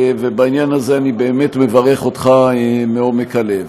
ובעניין הזה אני באמת מברך אותך מעומק הלב.